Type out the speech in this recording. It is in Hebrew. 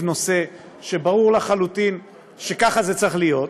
נושא שברור לחלוטין שככה זה צריך להיות,